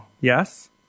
yes